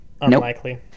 Unlikely